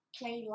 play